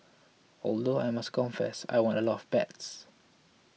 although I must confess I won a lot of bets